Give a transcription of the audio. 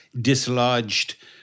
dislodged